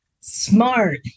smart